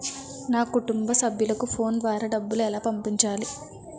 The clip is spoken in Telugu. నా కుటుంబ సభ్యులకు ఫోన్ ద్వారా డబ్బులు ఎలా పంపించాలి?